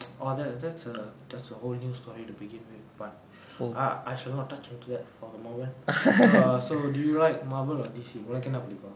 oh that's that's a whole new story to begin with but uh I should not touch into that for the moment so do you like marvel or D_C உனக்கென்ன புடிக்கும்:unakkenna pudikkum